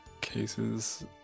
cases